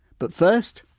but first,